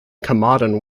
carmarthen